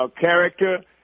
character